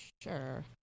Sure